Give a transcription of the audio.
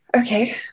Okay